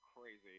crazy